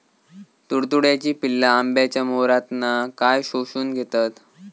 तुडतुड्याची पिल्ला आंब्याच्या मोहरातना काय शोशून घेतत?